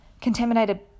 Contaminated